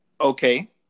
okay